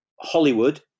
Hollywood